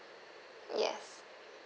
yes